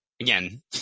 again